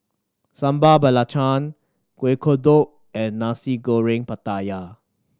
Sambal Belacan Kuih Kodok and Nasi Goreng Pattaya